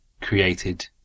created